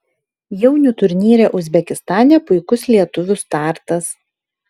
jaunių turnyre uzbekistane puikus lietuvių startas